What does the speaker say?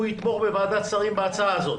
הוא יתמוך בוועדת שרים בהצעה הזאת?